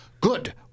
Good